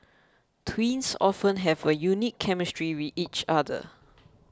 twins often have a unique chemistry with each other